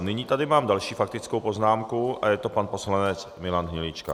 Nyní tady mám další faktickou poznámku a je to pan poslanec Milan Hnilička.